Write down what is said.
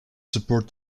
support